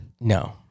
no